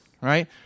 right